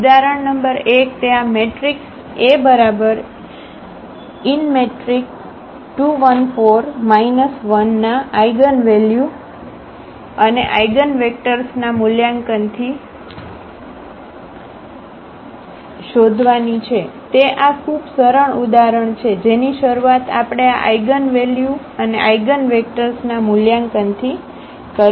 ઉદાહરણ નંબર 1 તે આ મેટ્રિક્સ A2 1 4 1 ના આઇગનવેલ્યુ અને આઇગનવેક્ટર્સ શોધવાની છે તે આ ખૂબ સરળ ઉદાહરણ છે જેની શરૂઆત આપણે આ આઇગનવેલ્યુ અને આઇગનવેક્ટર્સના મૂલ્યાંકનથી કરીએ છીએ